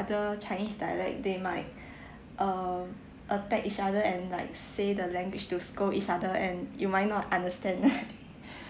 other chinese dialect they might uh attack each other and like say the language to scold each other and you might not understand